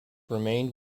remained